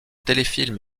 téléfilm